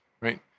Right